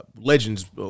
legends